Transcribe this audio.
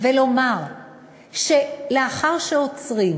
ולומר שלאחר שעוצרים